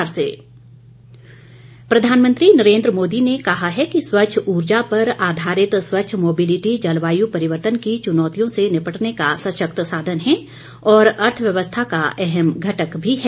प्रधानमंत्री प्रधानमंत्री नरेन्द्र मोदी ने कहा है कि स्वच्छ ऊर्जा पर आधारित स्वच्छ मोबिलिटी जलवायु परिवर्तन की चुनौतियों से निपटने का सशक्त साधन है और अर्थव्यवस्था का अहम घटक भी है